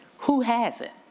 who has it?